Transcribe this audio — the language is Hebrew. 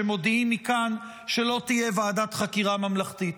שמודיעים מכאן שלא תהיה ועדת חקירה ממלכתית.